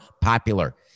popular